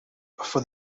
for